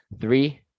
Three